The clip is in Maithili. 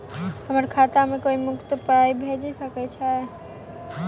हम्मर खाता मे कोइ एक मुस्त कत्तेक पाई भेजि सकय छई?